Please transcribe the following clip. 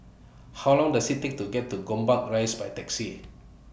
How Long Does IT Take to get to Gombak Rise By Taxi